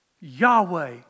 Yahweh